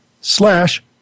slash